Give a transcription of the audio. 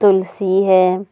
تلسی ہے